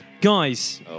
guys